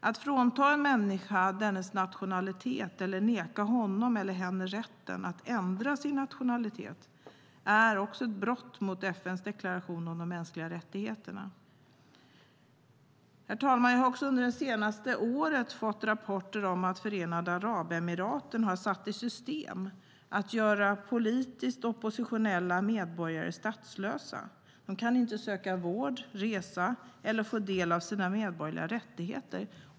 Att frånta en människa dennes nationalitet eller neka honom eller henne rätten att ändra sin nationalitet är också ett brott mot FN:s deklaration om de mänskliga rättigheterna. Herr talman! Jag har också under det senaste året fått rapporter om att Förenade arabemiraten har satt i system att göra politiskt oppositionella medborgare statslösa. De kan inte söka vård, resa eller få del av sina medborgerliga rättigheter.